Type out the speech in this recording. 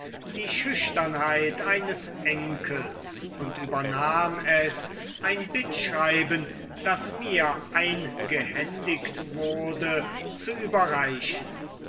die schüchternheit eines enkels und übernahm es ein bittschreiben das mir eingehändigt wurde zu überreichen